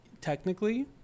technically